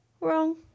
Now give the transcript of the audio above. wrong